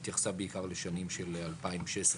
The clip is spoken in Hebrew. התייחסה בעיקר לשנים של 2016,